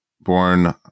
born